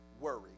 Worry